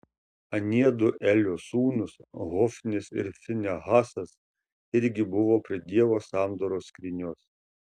aniedu elio sūnūs hofnis ir finehasas irgi buvo prie dievo sandoros skrynios